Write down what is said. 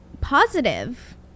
positive